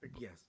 Yes